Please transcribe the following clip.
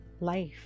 life